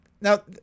Now